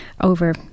over